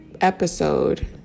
episode